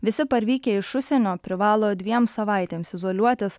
visi parvykę iš užsienio privalo dviem savaitėms izoliuotis